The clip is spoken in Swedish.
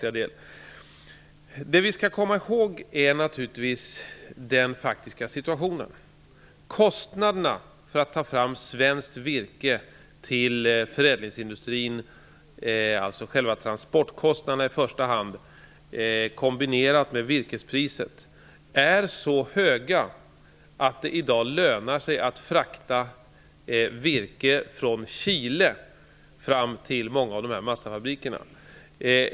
Vi skall naturligtvis komma ihåg hur den faktiska situationen ser ut. Kostnaderna för att få fram svenskt virke till förädlingsindustrin, alltså i första hand själva transportkostnaderna i kombination med virkespriset, är så höga att det i dag lönar sig att frakta virke från Chile fram till många av massafabrikerna.